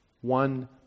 one